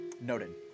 noted